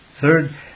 Third